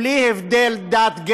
בלי הבדל דת,